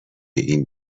این